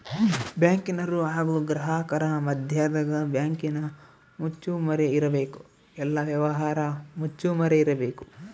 ಬ್ಯಾಂಕಿನರು ಹಾಗು ಗ್ರಾಹಕರ ಮದ್ಯದಗ ಬ್ಯಾಂಕಿನ ಮುಚ್ಚುಮರೆ ಇರಬೇಕು, ಎಲ್ಲ ವ್ಯವಹಾರ ಮುಚ್ಚುಮರೆ ಇರಬೇಕು